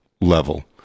level